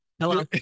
Hello